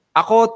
ako